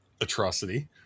atrocity